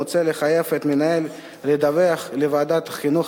מוצע לחייב את המנהל לדווח לוועדת החינוך,